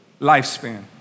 lifespan